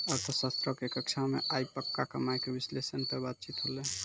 अर्थशास्त्रो के कक्षा मे आइ पक्का कमाय के विश्लेषण पे बातचीत होलै